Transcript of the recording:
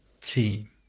team